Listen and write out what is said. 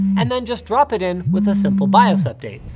and then just drop it in with a simple bios update.